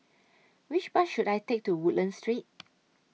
Which Bus should I Take to Woodlands Street